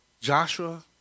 Joshua